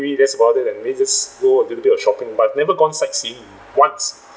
maybe that's about it and maybe just go and do a little bit of shopping but I've never gone sight-seeing once